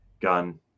gun